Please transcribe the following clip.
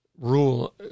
rule